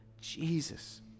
Jesus